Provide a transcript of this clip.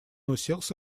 уселся